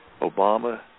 Obama